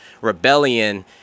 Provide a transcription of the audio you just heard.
rebellion